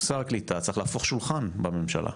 שר הקליטה צריך להפוך שולחן בממשלה,